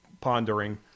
pondering